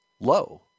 low